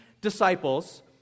disciples